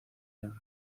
jones